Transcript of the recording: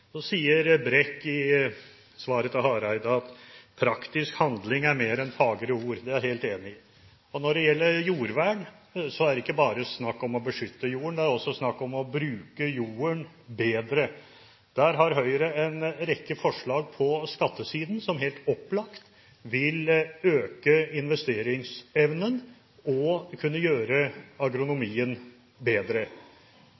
Så sier Brekk i svaret til Hareide at praktisk handling sier mer enn fagre ord. Det er jeg helt enig i. Når det gjelder jordvern, er det ikke bare snakk om å beskytte jorden, det er også snakk om å bruke jorden bedre. Der har Høyre en rekke forslag på skattesiden som helt opplagt vil øke investeringsevnen og kunne gjøre